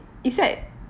is that